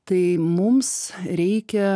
tai mums reikia